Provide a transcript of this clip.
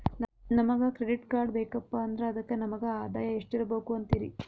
ನಮಗ credit card ಬೇಕಪ್ಪ ಅಂದ್ರ ಅದಕ್ಕ ನಮಗ ಆದಾಯ ಎಷ್ಟಿರಬಕು ಅಂತೀರಿ?